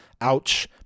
Ouch